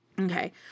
Okay